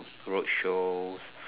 roadshows